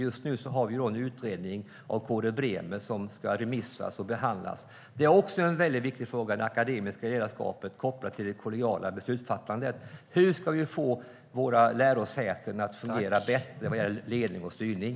Just nu har vi en utredning av Kåre Bremer som ska remissbehandlas. Den gäller en väldigt viktig fråga: det akademiska ledarskapet kopplat till det kollegiala beslutsfattandet. Hur ska vi få våra lärosäten att fungera bättre vad gäller ledning och styrning?